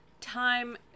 time